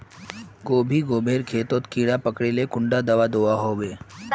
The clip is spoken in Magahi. गोभी गोभिर खेतोत कीड़ा पकरिले कुंडा दाबा दुआहोबे?